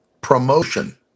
promotion